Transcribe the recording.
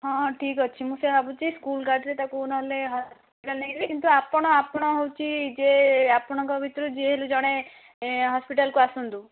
ହଁ ଠିକ୍ ଅଛି ମୁଁ ସେଇଆ ଭାବୁଛି ସ୍କୁଲ ଗାଡ଼ିରେ ତାକୁ ନହେଲେ ହସ୍ପିଟାଲ ନେଇଯିବି କିନ୍ତୁ ଆପଣ ଆପଣ ହଉଛି ଯେ ଆପଣଙ୍କ ଭିତରୁ ଯିଏ ହେଲେ ଜଣେ ହସ୍ପିଟାଲକୁ ଆସନ୍ତୁ